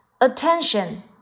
attention